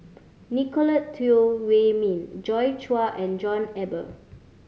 Nicolette Teo Wei Min Joi Chua and John Eber